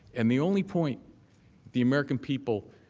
and the only point the american people